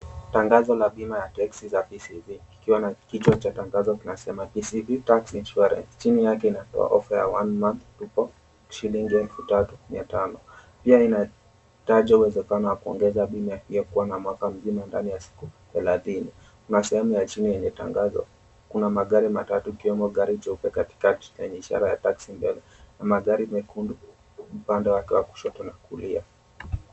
Tangazo la bima ya teksi za KCB. Kikiwa na kichwa cha tangazo kinasema, "KCB Taxi Insurance". Chini yake inatoa ofa ya one month depo , shilingi elfu tatu mia tano. Pia inatajwa uwezekano wa kuongeza bima hiyo kuwa na mwaka mzima ndani ya siku thelathini. Kuna sehemu ya chini yenye tangazo, kuna magari matatu ikiwemo gari jeupe katikati yenye ishara taxi mbele, na magari mekundu upande wake wa kushoto na kulia.